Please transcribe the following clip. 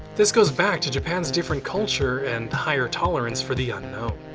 this goes back to japan's different culture and higher tolerance for the unknown.